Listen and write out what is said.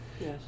Yes